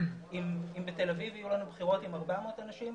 אבל אם בתל אביב יהיו לנו בחירות עם 400 אנשים,